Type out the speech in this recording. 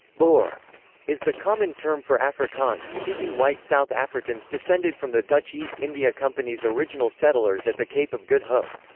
boer is the common term for afrikaans-speaking white south africans descended from the dutch east india company's original settlers at the cape of good hope.